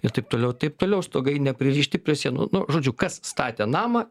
ir taip toliau taip toliau stogai nepririšti prie sienų nu žodžiu kas statė namą